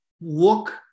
look